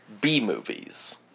B-movies